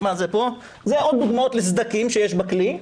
זה עוד דוגמאות לסדקים שיש בכלי.